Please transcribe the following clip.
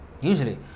Usually